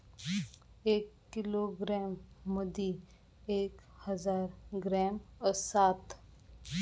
एक किलोग्रॅम मदि एक हजार ग्रॅम असात